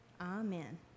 amen